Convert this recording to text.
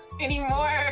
anymore